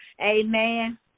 Amen